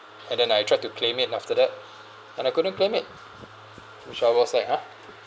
and then I tried to claim it after that and I couldn't claim it which I was like !huh!